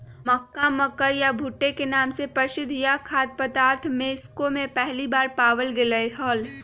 मक्का, मकई या भुट्टे के नाम से प्रसिद्ध यह खाद्य पदार्थ मेक्सिको में पहली बार पावाल गयले हल